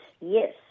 Yes